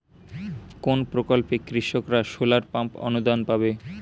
কোন প্রকল্পে কৃষকরা সোলার পাম্প অনুদান পাবে?